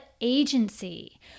agency